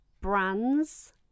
brands